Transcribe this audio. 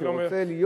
שרוצה להיות,